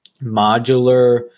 modular